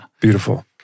Beautiful